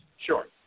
Sure